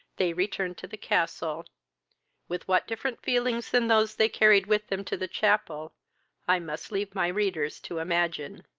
they returned to the castle with what different feelings than those they carried with them to the chapel i must leave my readers to imagine.